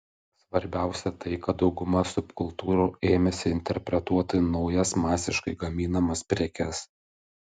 svarbiausia tai kad dauguma subkultūrų ėmėsi interpretuoti naujas masiškai gaminamas prekes